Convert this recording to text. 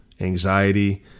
anxiety